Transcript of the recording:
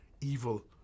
evil